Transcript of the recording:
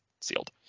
sealed